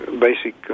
basic